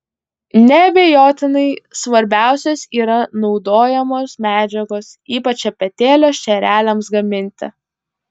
neabejotinai svarbiausios yra naudojamos medžiagos ypač šepetėlio šereliams gaminti